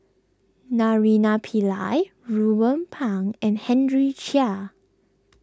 Naraina Pillai Ruben Pang and Henry Chia